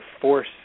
force